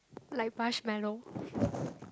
like marshmallow